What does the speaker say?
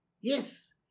Yes